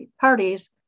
parties